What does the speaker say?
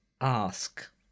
ask